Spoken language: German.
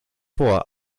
vor